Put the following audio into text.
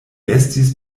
estis